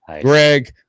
Greg